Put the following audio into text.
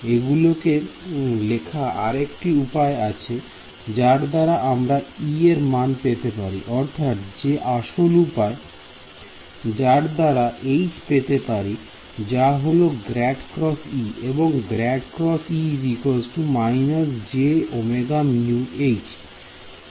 এগুলোকে লেখা আরেকটি উপায় আছে যার দ্বারা আমরা E এর মান পেতে পারি অর্থাৎ যে আসল উপায় যার দ্বারা H পেতে পারি যা হলো ∇× E এবং ∇× E − jωμH